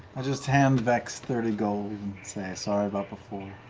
i just hand vex thirty gold and say, sorry about before.